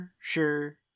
sure